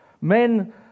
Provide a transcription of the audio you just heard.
men